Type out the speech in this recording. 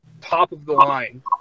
top-of-the-line